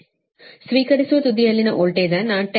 ಸ್ವೀಕರಿಸುವ ತುದಿಯಲ್ಲಿನ ವೋಲ್ಟೇಜ್ ಅನ್ನು 10